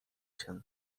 się